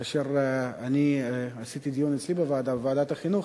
כאשר עשיתי דיון אצלי בוועדה, בוועדת החינוך,